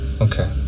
Okay